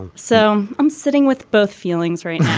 so i'm sitting with both feelings right